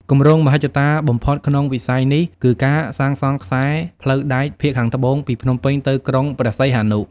គម្រោងមហិច្ឆតាបំផុតក្នុងវិស័យនេះគឺការសាងសង់ខ្សែផ្លូវដែកភាគត្បូងពីភ្នំពេញទៅក្រុងព្រះសីហនុ។